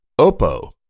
Oppo